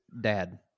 dad